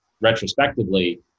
retrospectively